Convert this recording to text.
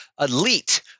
elite